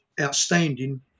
Outstanding